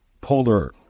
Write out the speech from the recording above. polar